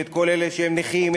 את כל אלה שהם נכים,